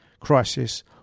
crisis